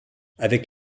avec